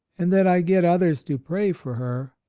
and that i get others to pray for her,